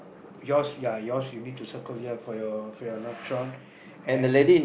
yours ya yours you need to circle here for your for your not short and